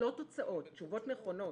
לא תוצאות תשובות נכונות.